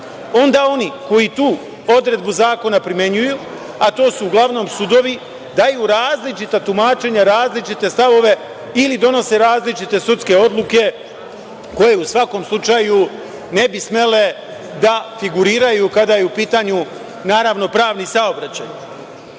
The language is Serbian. onda oni koji tu odredbu zakona primenjuju, a to su uglavnom sudovi daju različita tumačenja, različite stavove ili donose različite sudske odluke koje u svakom slučaju ne bi smele da figuriraju kada je u pitanju naravno pravni saobraćaj. Ono